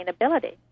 sustainability